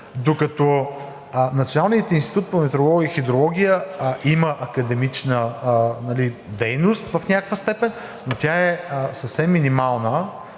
докато Националният институт по метеорология и хидрология има академична дейност в някаква степен и тя е съвсем минимална,